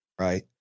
right